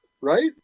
right